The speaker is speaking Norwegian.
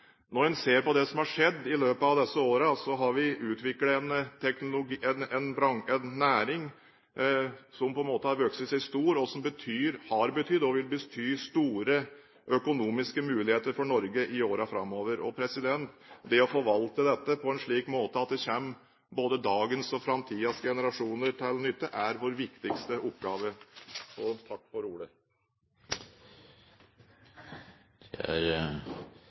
Når man ser på det som har skjedd i løpet av disse årene, har vi utviklet en næring som på en måte har vokst seg stor, og som har betydd og vil bety store økonomiske muligheter for Norge i årene framover. Det å forvalte dette på en slik måte at det kommer både dagens generasjon og framtidens generasjoner til nytte, er vår viktigste oppgave. Takk for ordet! Det blir replikkordskifte. Er